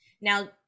Now